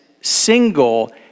single